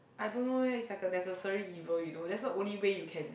I don't know leh it's like a necessary evil you know that's the only way you can